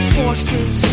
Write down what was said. forces